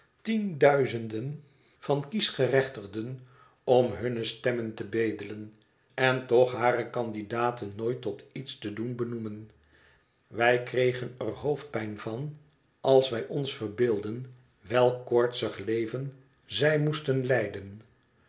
duizenden van kiesgerechtigden om hunne stemmen te bedelen en toch hare candidaten nooit tot iets te doen benoemen wij kregen er hoofdpijn van als wij ons verbeeldden welk koortsig leven zij moesten leiden